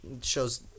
shows